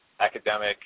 academic